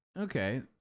okay